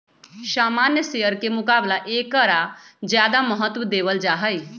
सामान्य शेयर के मुकाबला ऐकरा ज्यादा महत्व देवल जाहई